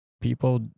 people